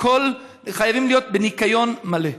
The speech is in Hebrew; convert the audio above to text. חייבים להיות בניקיון מלא.